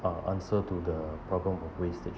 a answer to the problem of wastage